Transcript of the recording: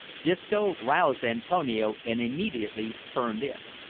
disco roused antonio and immediately turned in.